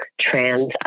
trans